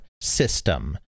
system